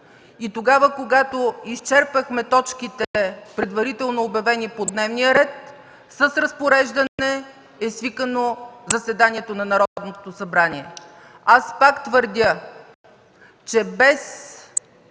и тогава, когато изчерпахме точките, предварително обявени по дневния ред, с разпореждане е свикано заседанието на Народното събрание. Аз пак твърдя, че без